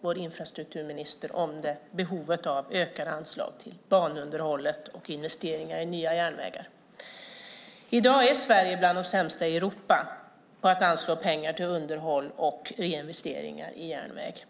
vår infrastrukturminister om behovet av ökade anslag till banunderhåll och investeringar i nya järnvägar. I dag är Sverige bland de sämsta i Europa på att anslå pengar till underhåll och reinvesteringar i järnväg.